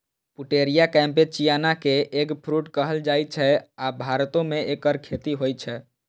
Pouteria कैम्पेचियाना कें eggfruit कहल जाइ छै, आ भारतो मे एकर खेती होइ छै